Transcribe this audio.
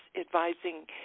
advising